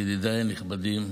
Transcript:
ידידיי הנכבדים,